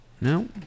no